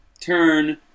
Turn